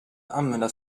använda